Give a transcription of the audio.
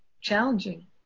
challenging